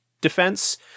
Defense